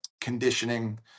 conditioning